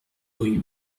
rue